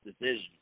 decision